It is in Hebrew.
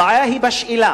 הבעיה היא בשאלה